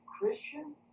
Christian